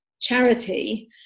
charity